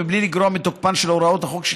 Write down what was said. בלי לגרוע מתוקפן של הוראות החוק,